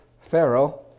pharaoh